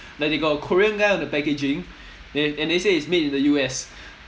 like they got a korean guy on the packaging they have and they say it's made in the U_S